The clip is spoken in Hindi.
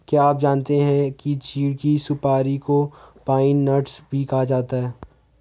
क्या आप जानते है चीढ़ की सुपारी को पाइन नट्स भी कहते है?